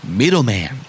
middleman